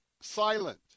silent